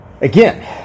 again